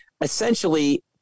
essentially